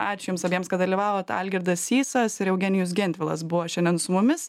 ačiū jums abiems kad dalyvavot algirdas sysas ir eugenijus gentvilas buvo šiandien su mumis